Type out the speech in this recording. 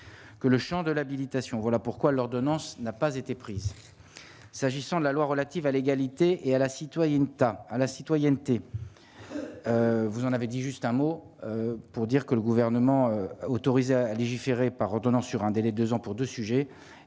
que le Champ de l'habilitation, voilà pourquoi l'ordonnance n'a pas été prises s'agissant de la loi relative à l'égalité et à la citoyenneté, enfin à la citoyenneté, vous en avez dit juste un mot pour dire que le gouvernement a autorisé à légiférer par ordonnance sur un délai 2 ans pour 2 sujets pour